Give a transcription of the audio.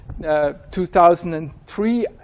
2003